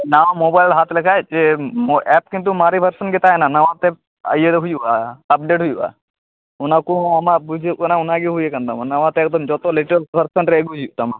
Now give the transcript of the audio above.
ᱱᱟᱣᱟ ᱢᱳᱵᱟᱭᱤᱞ ᱦᱟᱛ ᱞᱮᱠᱷᱟᱡ ᱡᱮ ᱮᱯ ᱠᱤᱱᱛᱩ ᱢᱟᱨᱮ ᱵᱷᱟᱨᱥᱮᱱ ᱜᱮ ᱛᱟᱦᱮᱱᱟ ᱱᱟᱣᱟ ᱛᱮ ᱤᱭᱟᱹ ᱨᱮ ᱦᱩᱭᱩᱜᱼᱟ ᱟᱯᱰᱮᱴ ᱦᱩᱭᱩᱜᱼᱟ ᱚᱱᱟ ᱠᱚᱦᱚᱸ ᱟᱢᱟᱜ ᱵᱩᱡᱽ ᱦᱩᱭᱩᱜ ᱠᱟᱱᱟ ᱚᱱᱟ ᱜᱮ ᱦᱩᱭᱟᱠᱟᱱ ᱛᱟᱢᱟ ᱱᱟᱣᱟ ᱛᱮ ᱮᱠᱫᱚᱢ ᱡᱚᱛᱚ ᱞᱮᱴᱮᱥ ᱵᱷᱟᱨᱥᱮᱱ ᱨᱮ ᱟᱹᱜᱩᱭ ᱦᱩᱭᱩᱜ ᱛᱟᱢᱟ